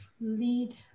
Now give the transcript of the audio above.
lead